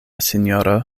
sinjoro